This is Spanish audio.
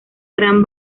gran